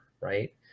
Right